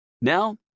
Now